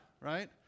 right